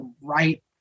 right